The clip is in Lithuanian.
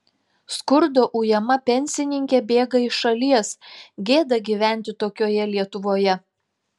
skurdo ujama pensininkė bėga iš šalies gėda gyventi tokioje lietuvoje